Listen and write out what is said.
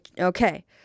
Okay